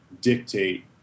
dictate